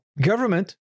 government